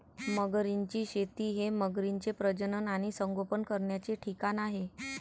मगरींची शेती हे मगरींचे प्रजनन आणि संगोपन करण्याचे ठिकाण आहे